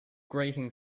grating